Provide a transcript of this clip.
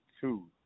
two